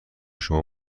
شما